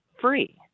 free